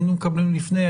אם היינו מקבלים לפני,